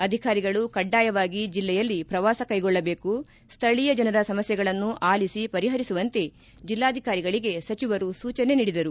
ಅಧಿಕಾರಿಗಳು ಕಡ್ಡಾಯವಾಗಿ ಜಿಲ್ಲೆಯಲ್ಲಿ ಪ್ರವಾಸ ಕೈಗೊಳ್ಳಬೇಕು ಸ್ವಳೀಯ ಜನರ ಸಮಸ್ಯೆಗಳನ್ನು ಆಲಿಸಿ ಪರಿಪರಿಸುವಂತೆ ಜಿಲ್ಲಾಧಿಕಾರಿಗಳಿಗೆ ಸಚಿವರು ಸೂಚನೆ ನೀಡಿದರು